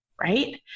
Right